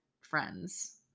friends